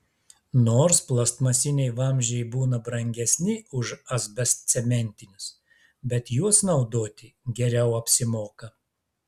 nors plastmasiniai vamzdžiai būna brangesni už asbestcementinius bet juos naudoti geriau apsimoka